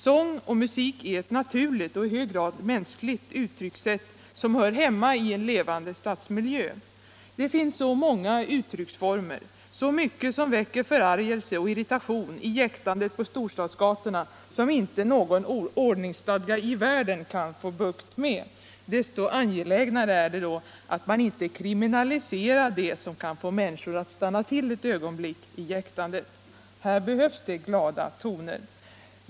Sång och musik är ett naturligt och i hög grad mänskligt uttryckssätt som hör hemma i en levande stadsmiljö. Det finns så många uttrycksformer, så mycket som väcker förargelse och irritation i jäktandet på storstadsgatorna som inte någon ordningsstadga i världen kan få bukt med. Desto angelägnare är det då att man inte kriminaliserar det som kan få människor att stanna till ett ögonblick i jäktandet. Här behövs det glada toner.